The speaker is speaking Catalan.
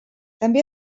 també